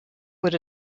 would